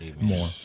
more